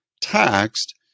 taxed